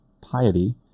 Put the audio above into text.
piety